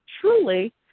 truly